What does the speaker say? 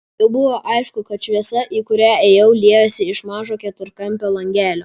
jau buvo aišku kad šviesa į kurią ėjau liejosi iš mažo keturkampio langelio